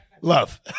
Love